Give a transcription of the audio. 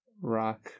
rock